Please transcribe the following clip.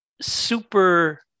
super